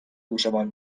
گوشمان